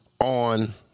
on